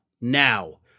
now